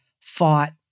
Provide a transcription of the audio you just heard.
fought